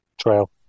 Trail